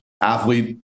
athlete